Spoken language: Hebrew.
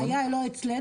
הבעיה לא אצלנו,